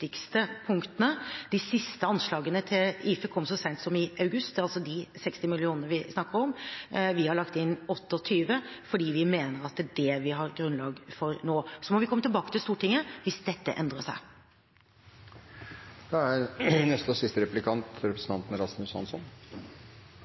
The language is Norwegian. punktene. De siste anslagene til IFE kom så sent som i august – det er altså de 60 mill. kr vi snakker om. Vi har lagt inn 28 mill. kr, fordi vi mener at det er det vi har grunnlag for nå. Så må vi komme tilbake til Stortinget hvis dette endrer